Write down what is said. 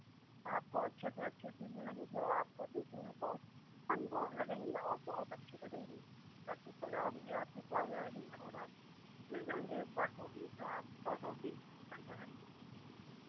आपको अच्छे से अच्छी चीज़ मिलेंगी जो आपको देखने में बहुत अनमाेल लगेंगी और बहुत अच्छी लगेंगी घर की सजावट भी आपकी बढ़ जाएगी और आप ले जाएँगे एक बार तो हमेशा आप दौड़ दौड़ के इसी दुकान पर आएँगे